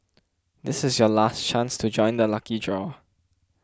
this is your last chance to join the lucky draw